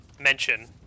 mention